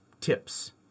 tips